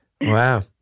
Wow